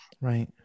Right